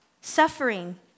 suffering